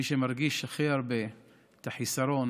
מי שמרגיש הכי הרבה את החיסרון